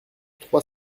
trois